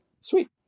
Sweet